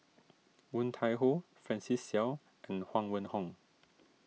Woon Tai Ho Francis Seow and Huang Wenhong